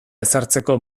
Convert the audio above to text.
ezartzeko